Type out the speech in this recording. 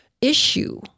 issue